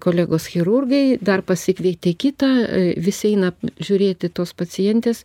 kolegos chirurgai dar pasikvietė kitą visi eina žiūrėti tos pacientės